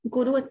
Guru